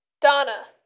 Donna